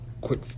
Quick